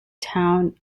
town